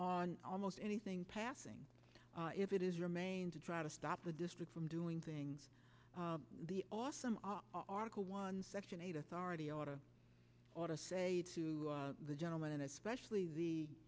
on almost anything passing if it is remain to try to stop the district from doing things the awesome article one section eight authority ought to ought to say to the gentleman and especially the